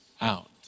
out